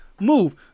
move